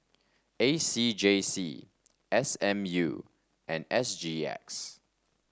A C J C S M U and S G X